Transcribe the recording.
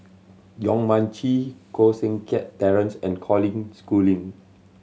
Yong Mun Chee Koh Seng Kiat Terence and Colin Schooling